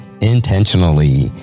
intentionally